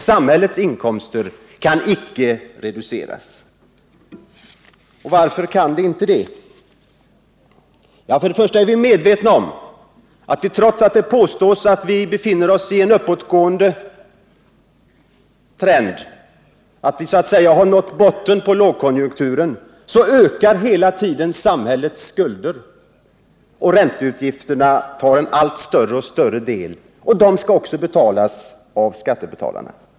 Samhällets inkomster kan emellertid inte reduceras — och varför är det inte möjligt? Trots att det påstås att vi befinner oss i en uppåtgående trend, att vi har nått botten på lågkonjunkturen, så ökar hela tiden samhällets skuld. Ränteutgifterna tar en allt större del, och de skall också betalas av skattebetalarna.